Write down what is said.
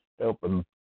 helping